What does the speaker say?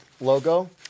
logo